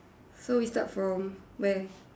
so we start from where